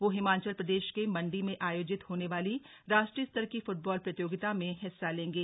वो हिमाचल प्रदेश के मंडी में आयोजित होने वाली राष्ट्रीय स्तर की फुटबॉल प्रतियोगिता में हिस्सा लेंगे